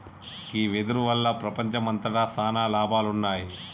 గీ వెదురు వల్ల ప్రపంచంమంతట సాన లాభాలున్నాయి